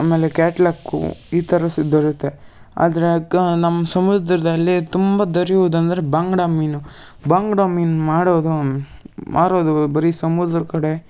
ಆಮೇಲೆ ಕ್ಯಾಟ್ಲಾಕು ಈ ಥರ ಸಿ ದೊರೆಯುತ್ತೆ ಆದರೆ ಕಾ ನಮ್ಮ ಸಮುದ್ರದಲ್ಲಿ ತುಂಬ ದೊರೆಯೋದೆಂದ್ರೆ ಬಂಗ್ಡೆ ಮೀನು ಬಂಗ್ಡೆ ಮೀನು ಮಾಡೋದು ಮಾರೋದು ಬರೀ ಸಮುದ್ರ ಕಡೆ